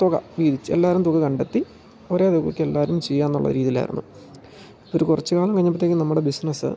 തുക വീതിച്ചു എല്ലാവരും തുക കണ്ടെത്തി ഒരേ തുകയ്ക്കെല്ലാവരും ചെയ്യാമെന്നുള്ള രീതിയിലായിരുന്നു ഒരു കുറച്ചുകാലം കഴിഞ്ഞപ്പോഴത്തേക്കും നമ്മുടെ ബിസ്നസ്സ്